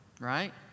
right